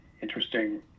interesting